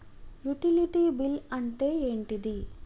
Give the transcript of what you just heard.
Utility bill అంటే ఏంటిది?